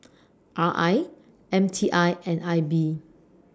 R I M T I and I B